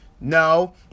No